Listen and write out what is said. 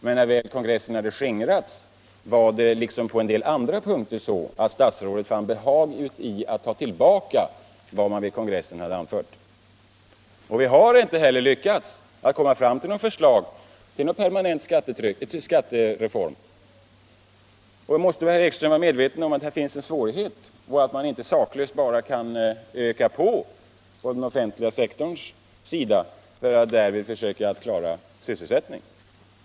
Men när väl kongressen hade skingrats fann finansministern liksom andra på en del punkter behag uti att ta tillbaka vad som hade anförts vid kongressen. Man har inte heller lyckats få fram något förslag till permanent skattereform. Herr Ekström måste vara medveten om att här finns en svårighet och att man inte saklöst bara kan öka på inom den offentliga sektorn för att därigenom försöka klara sysselsättningen.